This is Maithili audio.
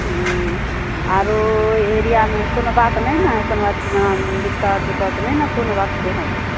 हँ आओर ओहि एरिआमे कोनो बात नहि ने कोनो बातके मने दिक्कत उक्कत नहि ने कोनो बातके हइ